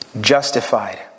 justified